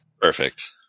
Perfect